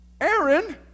Aaron